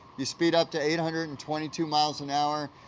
you speed up to eight hundred and twenty two miles an hour.